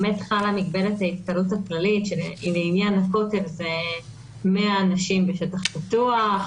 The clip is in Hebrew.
באמת חלה מגבלת ההתקהלות הכללית שלעניין הכותל זה 100 אנשים בשטח פתוח,